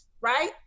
right